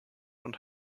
und